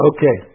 Okay